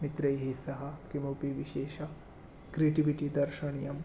मित्रैः सह किमपि विशेषः क्रिटिविटि दर्शनीयम्